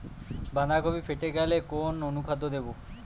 বাঁধাকপি ফেটে গেলে কোন অনুখাদ্য দেবো?